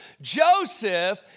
Joseph